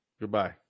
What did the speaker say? goodbye